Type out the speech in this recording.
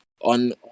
on